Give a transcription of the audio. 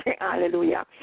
Hallelujah